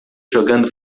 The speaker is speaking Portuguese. jogando